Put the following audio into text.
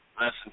Listen